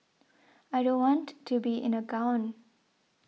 I don't want to be in a gown